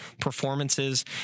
performances